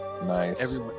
Nice